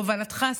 בהובלתך,